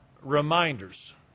Reminders